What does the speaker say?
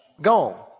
Gone